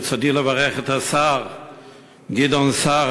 ברצוני לברך את השר גדעון סער,